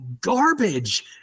garbage